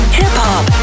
hip-hop